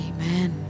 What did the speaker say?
Amen